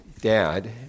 dad